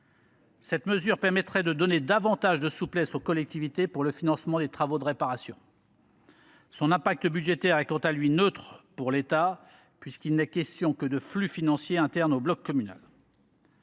Cette mesure permettrait de donner davantage de souplesse aux collectivités pour le financement des travaux de réparation. Son impact budgétaire est, quant à lui, neutre pour l’État, puisqu’il n’est question que de flux financiers internes au bloc communal.